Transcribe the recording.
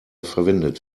verwendet